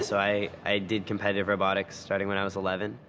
i, i did competitive robotics starting when i was eleven,